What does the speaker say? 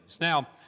Now